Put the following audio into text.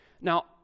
Now